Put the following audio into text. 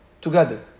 together